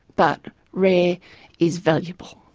but rare is valuable.